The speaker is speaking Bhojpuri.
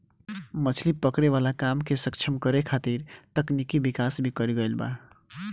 मछली पकड़े वाला काम के सक्षम करे खातिर तकनिकी विकाश भी कईल गईल बा